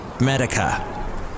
Medica